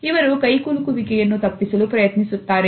ಇವರು ಕೈಕುಲುಕು ವಿಕೆ ಯನ್ನು ತಪ್ಪಿಸಲು ಪ್ರಯತ್ನಿಸುತ್ತಾರೆ